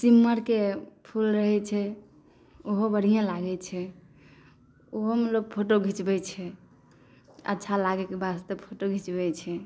सिम्मरके फूल रहै छै ओहो बढ़िए लागे छै ओहोमे लोक फोटो घीचबै छै अच्छा लागेके वास्ते फोटो घीचबै छै